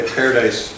paradise